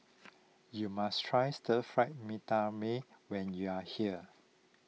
you must try Stir Fry Mee Tai Mak when you are here